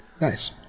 Nice